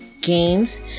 games